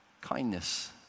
kindness